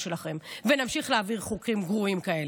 שלכם ונמשיך להעביר חוקים גרועים כאלה.